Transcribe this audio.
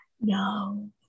No